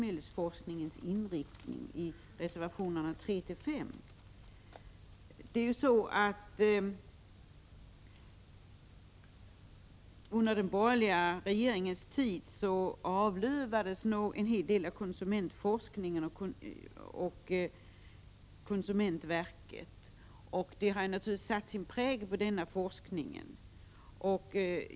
Däremot har dessa reservationer, nr 3—5, helt olika inriktning. Under de borgerliga regeringarnas tid avlövades en del av konsumentverket och konsumentforskningen. Det har naturligtvis satt sin prägel på forskningen.